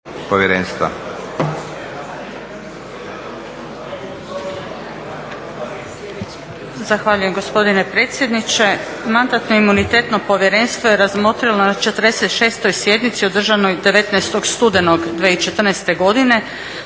(SDP)** Zahvaljujem gospodine predsjedniče. Mandatno-imunitetno povjerenstvo je razmotrilo na 46. sjednici održanoj 19. studenog 2014. godine